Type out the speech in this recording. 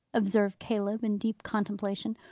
observed caleb in deep contemplation,